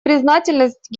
признательность